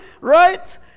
right